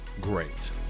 great